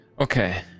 Okay